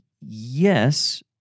yes